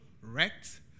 wrecked